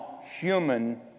human